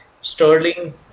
Sterling